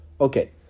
Okay